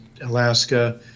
Alaska